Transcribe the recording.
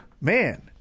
Man